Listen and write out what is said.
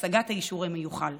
להשגת האישור המיוחל.